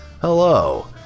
hello